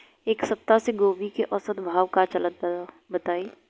एक सप्ताह से गोभी के औसत भाव का चलत बा बताई?